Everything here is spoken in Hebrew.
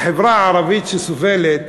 החברה הערבית, שסובלת